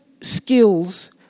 skills